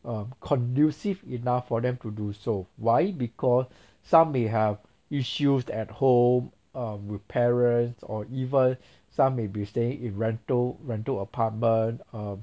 uh conducive enough for them to do so why because some may have issues at home um with parents or even some may stay in rental rental apartment um